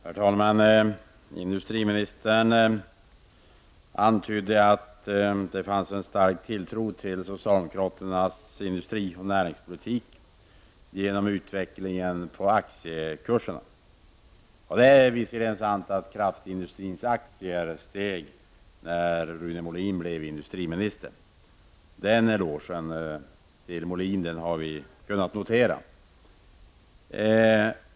Herr talman! Industriministern antydde att det fanns en stark tilltro till socialdemokraternas industrioch näringspolitik genom utvecklingen av aktiekursen. Det är visserligen sant att kraftindustrins aktier steg när Rune Molin blev industriminister. Den elogen till Molin har vi kunnat notera.